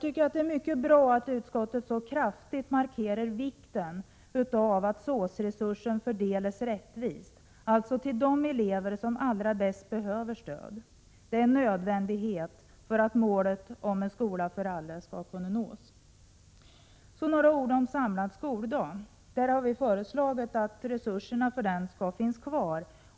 Det är mycket bra att utskottet så kraftigt markerar vikten av att SÅS-resursen fördelas rättvist, alltså till de elever som allra bäst behöver stöd. Det är en nödvändighet för att målet om att skolan skall vara bra för alla skall kunna nås. Så några ord om den samlade skoldagen. Vi föreslår i vår motion att resurserna för den skall finnas kvar.